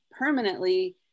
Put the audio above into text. permanently